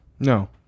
No